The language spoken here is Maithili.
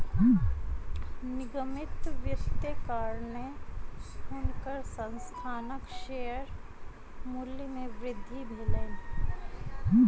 निगमित वित्तक कारणेँ हुनकर संस्थानक शेयर मूल्य मे वृद्धि भेलैन